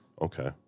Okay